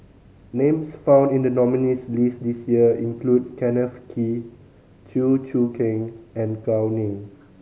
names found in the nominees' list this year include Kenneth Kee Chew Choo Keng and Gao Ning